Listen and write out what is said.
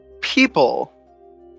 people